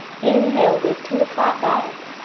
inhale, lifting the flat back.